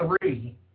three